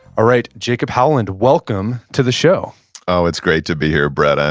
all right, jacob howland, welcome to the show oh, it's great to be here brett. um